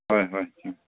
ꯍꯣꯏ ꯍꯣꯏ ꯎꯝ